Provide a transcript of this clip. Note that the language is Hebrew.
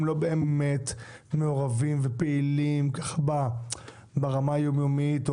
הם לא באמת מעורבים ופעילים ברמה היום-יומית.